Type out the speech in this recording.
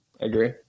agree